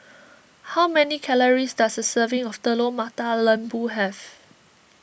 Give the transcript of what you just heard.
how many calories does a serving of Telur Mata Lembu have